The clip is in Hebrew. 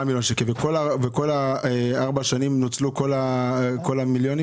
וכל ארבעת השנים נוצלו כל הכספים?